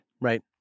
Right